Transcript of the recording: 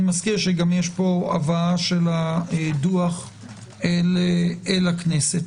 אני מזכיר שיש פה הבאה של הדוח אל הכנסת.